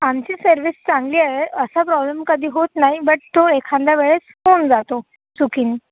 आमची सर्विस चांगली आहे असा प्रॉब्लम कधी होत नाही बट तो एखाद्या वेळेस होऊन जातो चुकीने